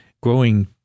growing